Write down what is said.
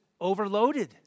overloaded